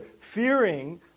fearing